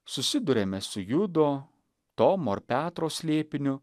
susiduriame su judo tomo ar petro slėpiniu